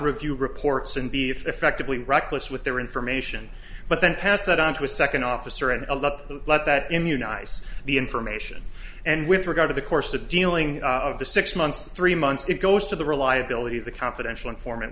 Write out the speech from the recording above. review reports and be effectively reckless with their information but then pass that on to a second officer and a look at that immunize the information and with regard to the course of dealing of the six months three months it goes to the reliability of the confidential informant